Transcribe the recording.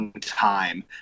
time